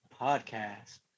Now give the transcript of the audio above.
podcast